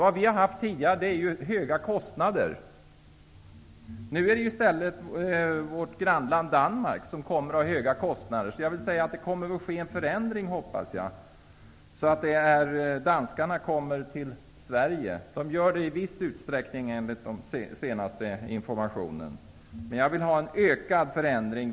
Vad vi har haft tidigare är höga kostnader. Nu är det i stället vårt grannland Danmark som kommer att ha höga kostnader. Jag hoppas att det kommer att ske en förändring, så att danskarna kommer till Sverige. Enligt den senaste informationen gör de det i viss utsträckning, men jag vill ha en ökad förändring.